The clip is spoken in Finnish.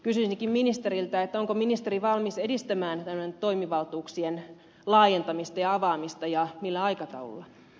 kysyisinkin ministeriltä onko ministeri valmis edistämään näiden toimivaltuuksien laajentamista ja avaamista ja millä aikataululla